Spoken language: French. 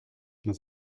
nos